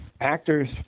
actors